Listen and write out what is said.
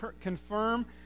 confirm